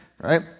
right